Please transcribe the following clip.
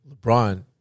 LeBron